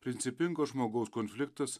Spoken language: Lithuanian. principingo žmogaus konfliktas